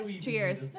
Cheers